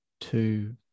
Two